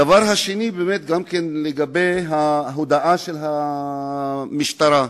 לגבי ההודעה של המשטרה,